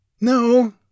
No